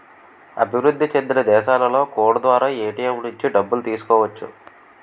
అభివృద్ధి చెందిన దేశాలలో కోడ్ ద్వారా ఏటీఎం నుంచి డబ్బులు తీసుకోవచ్చు